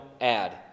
add